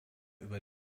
über